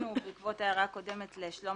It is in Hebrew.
בעקבות ההערה הקודמת שינינו ל"שלום